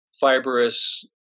fibrous